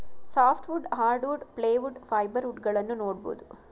soft wood, hardwood, plywood, fibre wood ಗಳನ್ನೂ ನೋಡ್ಬೋದು